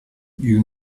you